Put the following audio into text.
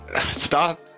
Stop